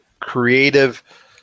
creative –